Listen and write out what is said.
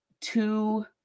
two